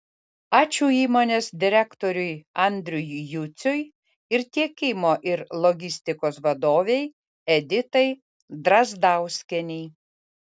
ačiū įmonės direktoriui andriui juciui ir tiekimo ir logistikos vadovei editai drazdauskienei